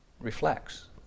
reflects